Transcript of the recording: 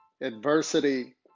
adversity